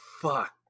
fuck